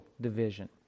division